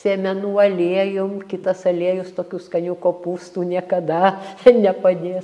sėmenų aliejum kitas aliejus tokių skanių kopūstų niekada nepadės